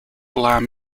lamb